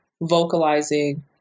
vocalizing